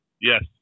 Yes